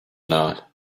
not